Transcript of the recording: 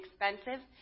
expensive